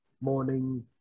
morning